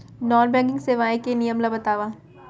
Non banking सेवाएं के नियम ला बतावव?